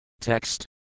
Text